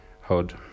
hood